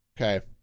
okay